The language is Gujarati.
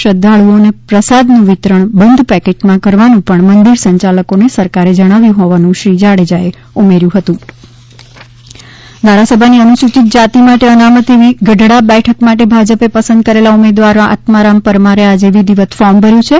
શ્રધ્ધાળુઓને પ્રસાદ નું વિતરણ બંધ પેકેટ માં કરવાનું પણ મંદિર સંચાલકો ને સરકારે જણાવ્યુ હોવાનું શ્રી જાડેજા એ ઉમેર્યું હતું પેટા ચૂંટણી ઉમેદવારી અને પ્રચાર ધારાસભાની અનુસુચિત જાતિ માટે અનામત એવી ગઢડા બેઠક માટે ભાજપે પસંદ કરેલા ઉમેદવાર આત્મારામ પરમારે આજે વિધિવત ફોર્મ ભર્યું છે